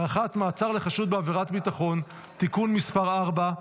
(הארכת מעצר לחשוד בעבירת ביטחון) (תיקון מס' 4),